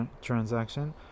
transaction